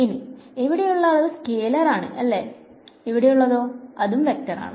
ഇനി ഇവടെ ഉള്ള അളവ് സ്കെലാർ ആണ് അല്ലെ ഇവിടെയുള്ളതോ അതും വെക്ടർ ആണ്